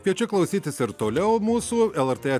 kviečiu klausytis ir toliau mūsų lrt